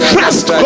Trust